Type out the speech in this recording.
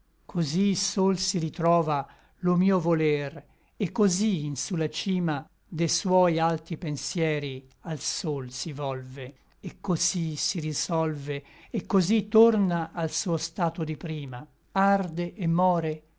cosí sol si ritrova lo mio voler et cosí in su la cima de suoi alti pensieri al sol si volve et cosí si risolve et cosí torna al suo stato di prima arde et more